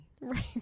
Right